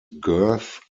girth